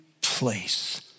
place